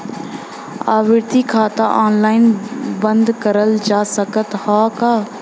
आवर्ती खाता ऑनलाइन बन्द करल जा सकत ह का?